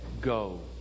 Go